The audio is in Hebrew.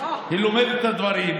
היא לומדת את הדברים.